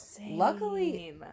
luckily